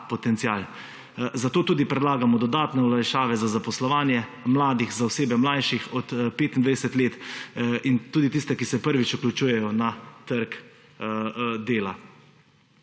potencial. Zato tudi predlagamo dodatne olajšave za zaposlovanje mladih, za osebe, mlajše od 25 let in tudi tiste, ki se prvič vključujejo na trg dela.